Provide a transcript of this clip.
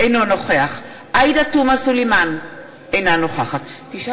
אינו נוכח עאידה תומא סלימאן, אינה נוכחת רבותי